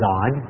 God